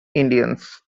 indians